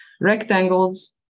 rectangles